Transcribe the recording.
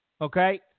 Okay